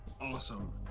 Awesome